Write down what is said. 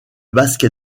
basket